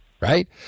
right